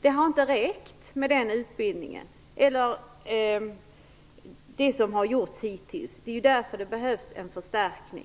Det har inte räckt med det som har gjorts hittills. Det är därför det behövs en förstärkning.